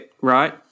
Right